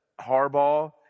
Harbaugh